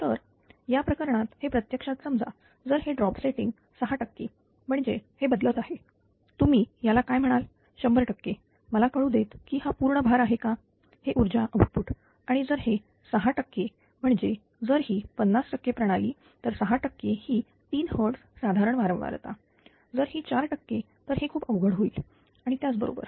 तर याप्रकरणात हे प्रत्यक्षात समजा जर हे ड्रॉप सेटिंग 6 टक्के म्हणजेच हे बदलत आहे तुम्ही त्याला काय म्हणाल 100 टक्के मला कळू देत की हा पूर्ण भार आहे का हे ऊर्जा आउटपुट आणि जर हे 6 टक्के म्हणजे जर ही 50 Hz प्रणाली तर 6 टक्के ही 3Hz साधारण वारंवारता जर ही 4 टक्के तर हे खूप अवघड होईल आणि त्याचबरोबर